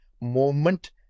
moment